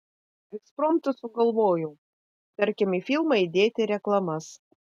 ekspromtu sugalvojau tarkim į filmą įdėti reklamas